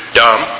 dumb